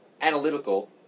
Analytical